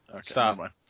stop